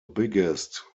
biggest